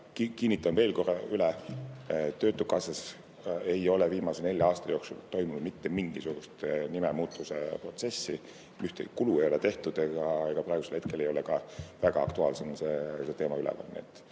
Kinnitan veel kord üle, et töötukassas ei ole viimase nelja aasta jooksul toimunud mitte mingisugust nimemuutmise protsessi, ühtegi kulu ei ole tehtud ja praegusel hetkel ei ole see teema ka väga aktuaalsena üleval.